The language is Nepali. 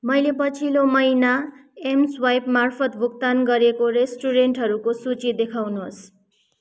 मैले पछिल्लो महिना एमस्वाइप मार्फत भुक्तान गरेको रेस्टुरेन्टहरूको सूची देखाउनुहोस्